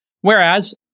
whereas